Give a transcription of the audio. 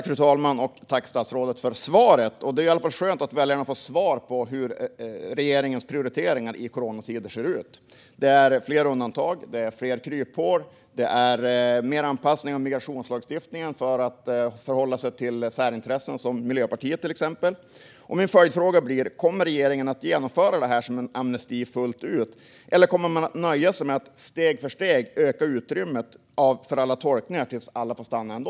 Fru talman! Tack, statsrådet, för svaret! Det är i alla fall skönt att väljarna får svar på hur regeringens prioriteringar i coronatider ser ut. Det är fler undantag, det är fler kryphål, det är fler anpassningar av migrationslagstiftningen för att förhålla sig till särintressen, till exempel Miljöpartiet. Min följdfråga blir: Kommer regeringen att genomföra det här som en amnesti fullt ut, eller kommer man att nöja sig med att steg för steg öka utrymmet för alla tolkningar tills alla får stanna ändå?